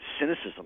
cynicism –